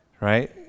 right